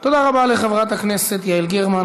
תודה רבה לחברת הכנסת יעל גרמן.